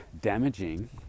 damaging